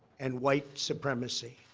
and white supremacy.